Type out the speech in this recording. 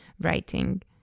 writing